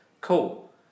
Cool